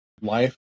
life